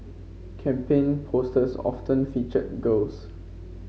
campaign posters often featured girls